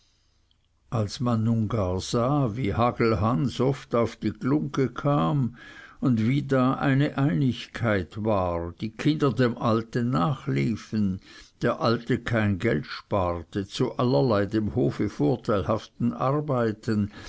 als man nun gar sah wie hagelhans oft auf die glungge kam und wie da eine einigkeit war die kinder dem alten nachliefen der alte kein geld sparte zu allerlei dem hofe vorteilhaften arbeiten